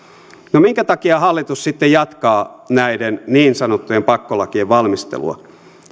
no minkä takia hallitus sitten jatkaa näiden niin sanottujen pakkolakien valmistelua